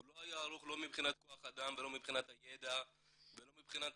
הוא לא היה ערוך לא מבחינת כח אדם ולא מבחינת הידע ולא מבחינת